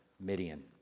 Midian